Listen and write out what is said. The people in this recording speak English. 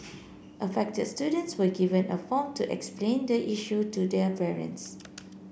affected students were given a form to explain the issue to their parents